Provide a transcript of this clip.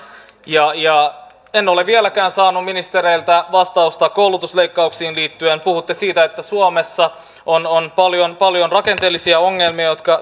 en ole vieläkään saanut ministereiltä vastausta koulutusleikkauksiin liittyen puhutte siitä että suomessa on paljon rakenteellisia ongelmia